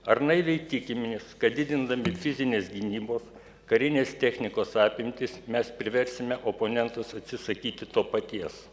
ar naiviai tikimės kad didindami fizinės gynybos karinės technikos apimtis mes priversime oponentus atsisakyti to paties